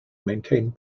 maintained